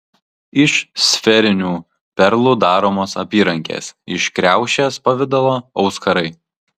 iš sferinių perlų daromos apyrankės iš kriaušės pavidalo auskarai